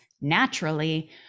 naturally